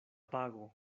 pago